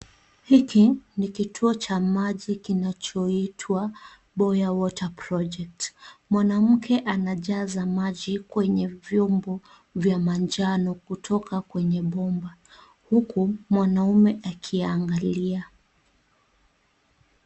Hiki ni kituo cha maji kinachoitwa Boya water project, mwanamke anajaza maji kwenye vyombo vya manjano kutoka kwenye bomba, huku mwanaume akiangalia.